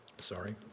sorry